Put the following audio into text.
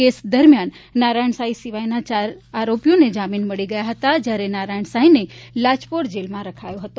case દરમિયાન નારાયજ્ઞ સાંઈ સિવાયના ચાર આરોપીને જામીન મળી ગયા હતા જ્યારે નારાયણ સાંઈને લાજપોર જેલમાં રખાયો હતો